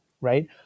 right